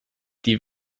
die